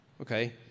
okay